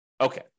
Okay